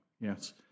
Yes